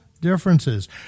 differences